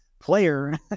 player